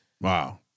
Wow